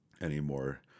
anymore